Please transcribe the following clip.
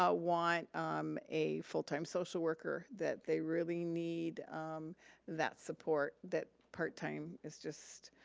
ah want um a full time social worker, that they really need that support. that part time is just,